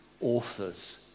authors